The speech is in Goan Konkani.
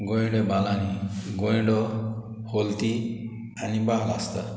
गोयंड्या बालांनी गोयंडो हॉलती आनी बाल आसता